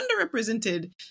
underrepresented